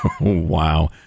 wow